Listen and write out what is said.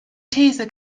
these